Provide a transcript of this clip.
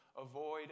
avoid